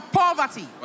poverty